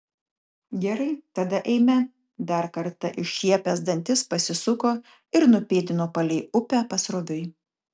gerai tada eime dar kartą iššiepęs dantis pasisuko ir nupėdino palei upę pasroviui